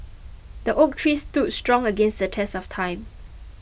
the oak tree stood strong against the test of time